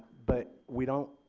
but we don't,